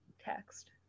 text